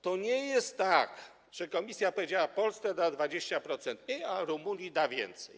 To nie jest tak, że Komisja powiedziała, że Polsce da 20% mniej, a Rumunii da więcej.